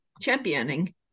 championing